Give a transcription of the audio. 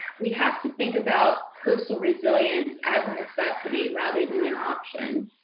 we have to think about coastal resilience as a necessity, rather than an option.